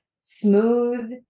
smooth